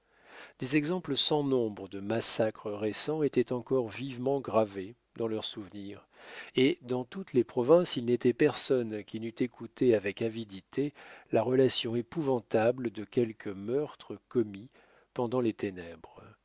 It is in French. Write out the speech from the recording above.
des exemples sans nombre de massacres récents étaient encore vivement gravés dans leur souvenir et dans toutes les provinces il n'était personne qui n'eût écouté avec avidité la relation épouvantable de quelque meurtre commis pendant les ténèbres